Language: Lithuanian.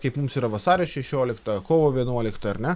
kaip mums yra vasario šešiolikta kovo vienuolikta ar ne